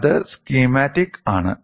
അത് സ്കീമാറ്റിക് ആണ്